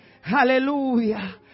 Hallelujah